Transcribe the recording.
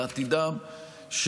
בעתידם,